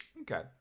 okay